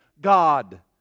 God